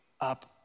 up